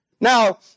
Now